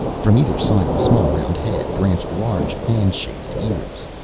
from either side of the small round head branched large fan-shaped ears.